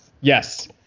yes